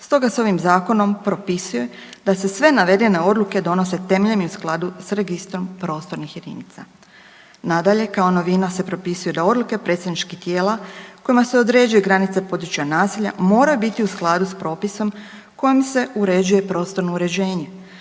stoga se ovim Zakonom propisuje da se sve navedene odluke donose temeljem i u skladu s Registrom prostornim jedinica. Nadalje, kao novina se propisuje da odluke predstavničkih tijela kojima se određuju granice područja naselja, moraju biti u skladu s propisom kojim se uređuje prostorno uređenje